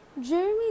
Jeremy